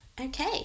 Okay